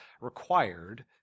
required